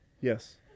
Yes